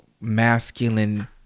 masculine